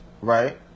Right